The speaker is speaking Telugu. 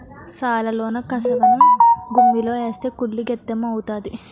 సాలలోన కసవను గుమ్మిలో ఏస్తే కుళ్ళి గెత్తెము అవుతాది